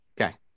Okay